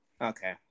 Okay